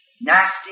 nasty